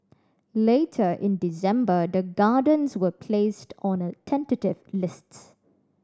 later in December the Gardens was placed on a tentative list